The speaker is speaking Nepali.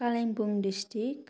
कालिम्पोङ डिस्ट्रिक्ट